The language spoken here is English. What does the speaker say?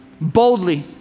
boldly